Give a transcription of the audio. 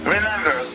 Remember